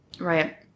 Right